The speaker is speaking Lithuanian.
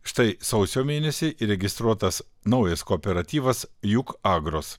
štai sausio mėnesį įregistruotas naujas kooperatyvas jukagros